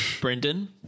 brendan